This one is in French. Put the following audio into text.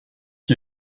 qui